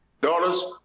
Daughters